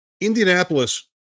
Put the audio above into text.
Indianapolis